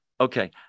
okay